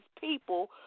people